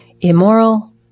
immoral